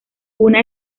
una